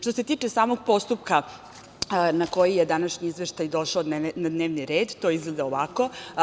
Što se tiče samog postupka na koji je današnji izveštaj došao na dnevni red, to izgleda ovako.